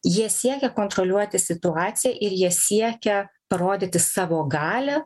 jie siekia kontroliuoti situaciją ir jie siekia parodyti savo galią